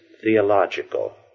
theological